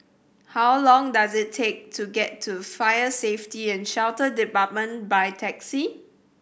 how long does it take to get to Fire Safety And Shelter Department by taxi